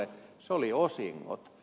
ne olivat osingot